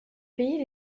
pays